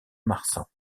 marsan